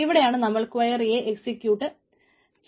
ഇവിടെയാണ് നമ്മൾ ക്വയറിയെ എക്സിക്യൂട്ട് ചെയ്യുന്നത്